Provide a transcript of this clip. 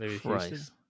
Christ